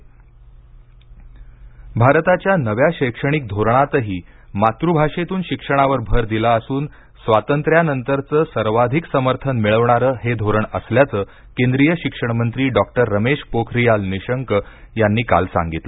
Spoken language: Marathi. पोखरीयाल भारताच्या नव्या शैक्षणिक धोरणातही मातृभाषेतून शिक्षणावर भर दिला असून स्वातंत्र्यानंतरचं सर्वाधिक समर्थन मिळवणारं हे धोरण असल्याचं केंद्रीय शिक्षण मंत्री डॉक्टर रमेश पोखरियाल निशंक यांनी काल सांगितलं